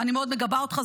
אני מאוד מגבה אותך,